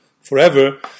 forever